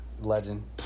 legend